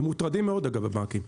הם מוטרדים מאוד, אגב, הבנקים.